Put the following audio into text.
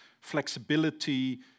flexibility